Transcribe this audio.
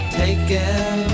taken